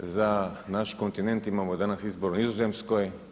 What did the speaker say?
Za nas kontinent imamo danas izbor u Nizozemskoj.